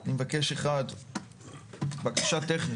אני מבקש בקשה טכנית,